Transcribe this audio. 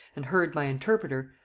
and heard my interpreter,